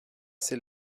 ses